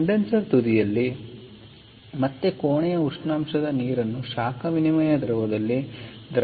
condenser ತುದಿಯಲ್ಲಿ ಮತ್ತೆ ಕೋಣೆಯ ಉಷ್ಣಾಂಶದ ನೀರನ್ನು ಶಾಖ ವಿನಿಮಯ ದ್ರವದಲ್ಲಿ ದ್ರವವಾಗಿ ಬಳಸಬಹುದು